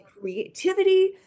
creativity